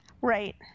right